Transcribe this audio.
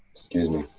excuse me.